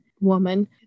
woman